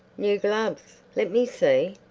new gloves let me see.